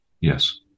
Yes